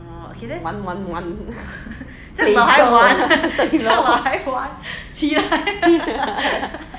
玩玩玩玩